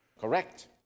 Correct